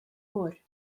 gŵr